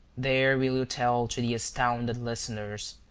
there will you tell to the astounded listeners,